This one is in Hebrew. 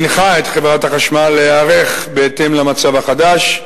והנחה את חברת החשמל להיערך בהתאם למצב החדש,